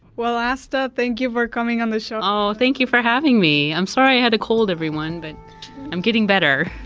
asta, thank you for coming on the show um thank you for having me. i'm sorry i had a cold, everyone, but i'm getting better.